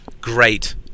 great